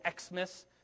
Xmas